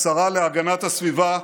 השרה להגנת הסביבה,